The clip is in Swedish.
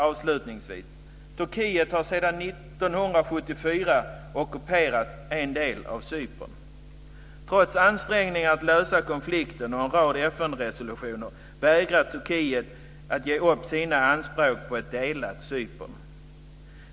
Avslutningsvis: Turkiet ockuperar sedan 1974 en del av Cypern. Trots ansträngningar att lösa konflikten och en rad FN-resolutioner vägrar Turkiet att ge upp sina anspråk på ett delat Cypern.